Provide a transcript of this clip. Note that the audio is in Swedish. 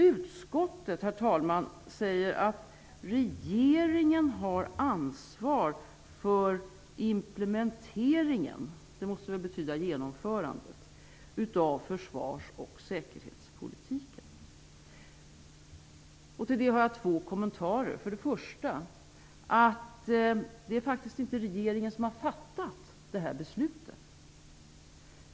Utskottet, herr talman, säger att regeringen har ansvar för implementeringen - det måste väl betyda genomförandet - av försvars och säkerhetspolitiken. Till det har jag två kommentarer. För det första är det inte regeringen som har fattat det här beslutet.